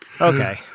Okay